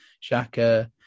Shaka